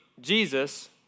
Jesus